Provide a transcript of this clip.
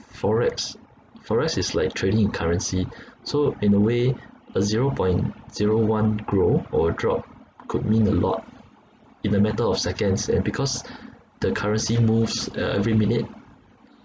FOREX FOREX is like trading in currency so in a way a zero point zero one grow or drop could mean a lot in a matter of seconds and because the currency moves uh every minute